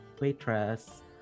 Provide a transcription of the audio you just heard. waitress